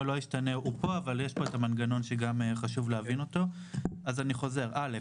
בפסקה (1),